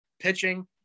pitching